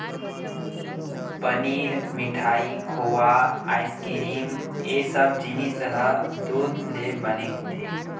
पनीर, मिठाई, खोवा, आइसकिरिम ए सब जिनिस ह दूद ले बने होथे